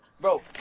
Bro